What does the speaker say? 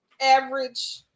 average